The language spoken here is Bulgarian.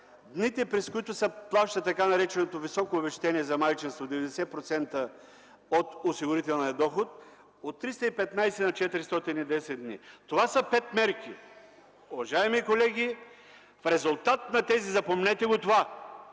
дните, през които се плаща така нареченото високо обезщетение за майчинство – 90% от осигурителния доход, от 315 на 410 дни. Това са пет мерки. Уважаеми колеги, в резултат на тези мерки по